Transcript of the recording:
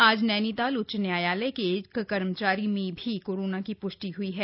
आज नैनीताल उच्च न्यायालय के एक कर्मचारी में भी कोरोना की प्रष्टि ह्ई है